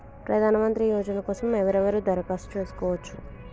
ప్రధానమంత్రి యోజన కోసం ఎవరెవరు దరఖాస్తు చేసుకోవచ్చు?